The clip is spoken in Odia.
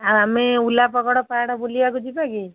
ଆଉ ଆମେ ଉଲା ପଗଡ଼ ପାହାଡ଼ ବୁଲିବାକୁ ଯିବା କି